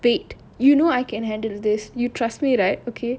wait you know I can handle this you trust me right okay